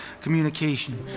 communication